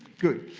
good.